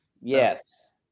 Yes